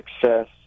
success